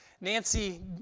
Nancy